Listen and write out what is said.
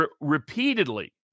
repeatedly